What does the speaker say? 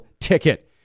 ticket